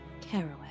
caraway